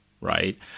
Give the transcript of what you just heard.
right